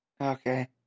Okay